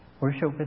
Worship